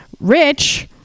rich